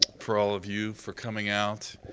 for all of you for coming out.